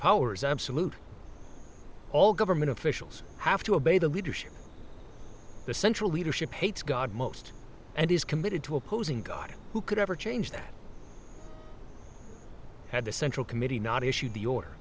powers absolute all government officials have to obey the leadership the central leadership hates god most and is committed to opposing god who could ever change that had the central committee not issued the order